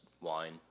wine